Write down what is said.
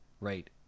right